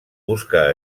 busca